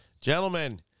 Gentlemen